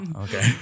okay